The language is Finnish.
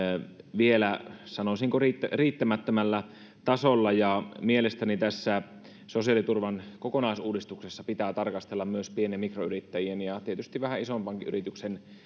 vielä sanoisinko riittämättömällä tasolla ja mielestäni tässä sosiaaliturvan kokonaisuudistuksessa pitää tarkastella myös pien ja mikroyrittäjien ja tietysti vähän isommankin yrityksen ja